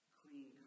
clean